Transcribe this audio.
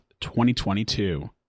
2022